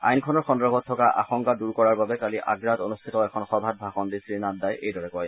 আইখনৰ সন্দৰ্ভত থকা আশংকা দূৰ কৰাৰ বাবে কালি আগ্ৰাত অনুষ্ঠিত এখন সভাত ভাষণ দি শ্ৰীনাড্ডাই এইদৰে কয়